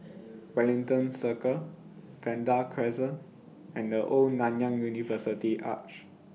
Wellington Circle Vanda Crescent and The Old Nanyang University Arch